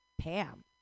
Pam